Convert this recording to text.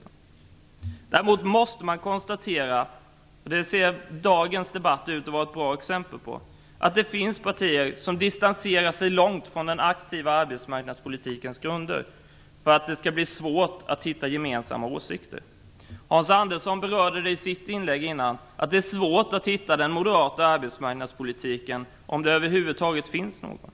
Däremot måste man konstatera - dagens debatt ser ut att vara ett bra exempel på det - att det finns partier som distanserar sig så långt från den aktiva arbetsmarknadspolitikens grunder att det blir svårt att hitta gemensamma åsikter. Hans Andersson berörde i sitt inlägg att det är svårt att hitta den moderata arbetsmarknadspolitiken, om det över huvud taget finns någon.